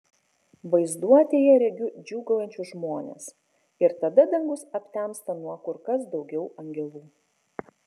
vaizduotėje regiu džiūgaujančius žmones ir tada dangus aptemsta nuo kur kas daugiau angelų